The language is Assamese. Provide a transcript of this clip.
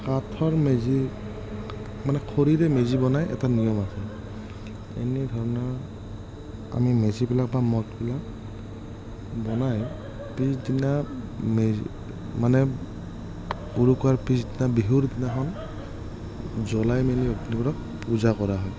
কাঠৰ মেজি মানে খৰিৰে মেজি বনাই এটা নিয়ম আছে এনে ধৰণৰ আমি মেজি বিলাক বা মঠ বিলাক বনাই পিছদিনা মেজি মানে উৰুকাৰ পিছদিনা মানে বিহুৰ দিনাখন জ্বলাই মেলি অগ্নিদেৱতাক পূজা কৰা হয়